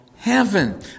heaven